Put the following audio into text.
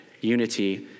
unity